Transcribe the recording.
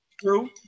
True